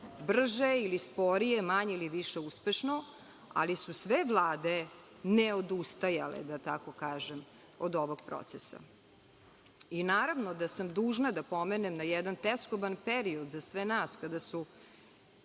brže ili sporije, manje ili više uspešno, ali su sve vlade neodustajale, da tako kažem, od ovog procesa. Naravno da sam dužna da pomenem na jedan teskoban period za sve nas, kada su